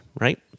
right